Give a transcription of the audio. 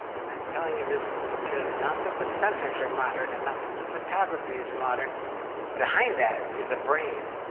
and i'm telling you this because not that the sensors are modern and not that the photography is modern behind that is a brain,